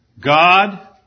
God